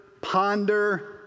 ponder